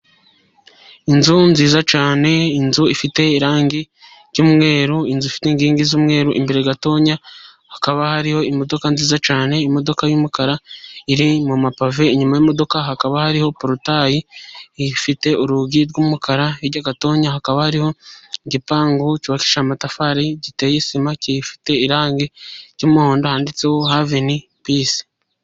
Inzu nziza cyane, inzu ifite irangi ry'umweru, inzu ifite inkigi z'umweru imbere gatoya hakaba hariho imodoka nziza cyane imodoka y'umukara iri mu mapave ,inyuma y'imodoka hakaba hariho porotayi ifite urugi rw'umukara, hirya gatoya hakaba hariho igipangu cyubakishije amatafari giteye sima, gifite irangi ry'umuhondo handitseho haveni pisi.